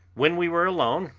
when we were alone,